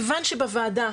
בוועדה,